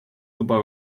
tlupa